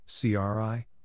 CRI